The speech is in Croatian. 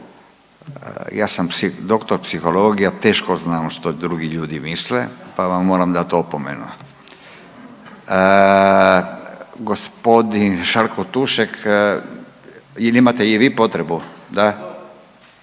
Ja sam doktor psihologije, a teško znam što drugi ljudi misle pa vam moram dati opomenu. Gospodin Žarko Tušek jel imate i vi potrebu? Da.